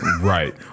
Right